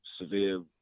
severe